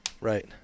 right